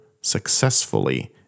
successfully